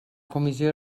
comissió